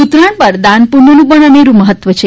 ઉત્તરાણ પર દાન પુસ્થનું પણ અનેરૂં મહત્વ છે